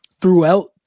throughout